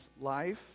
life